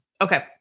Okay